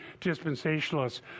dispensationalists